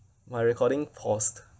my recording paused